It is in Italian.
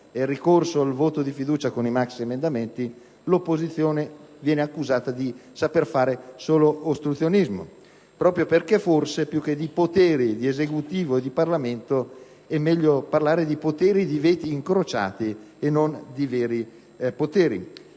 il ricorso al voto di fiducia con i maxiemendamenti e l'opposizione viene accusata di sapere fare solo ostruzionismo. Ciò proprio perché forse, più che di poteri dell'Esecutivo e del Parlamento, sarebbe meglio parlare di poteri di veto incrociato e non di veri poteri.